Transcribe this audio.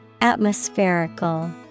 Atmospherical